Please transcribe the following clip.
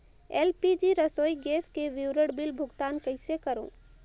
LPG रसोई gas के विवरण बिल भुगतान कइसे करों?